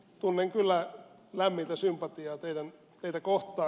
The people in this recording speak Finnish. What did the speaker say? tunnen kyllä lämmintä sympatiaa teitä kohtaan